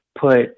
put